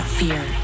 Fear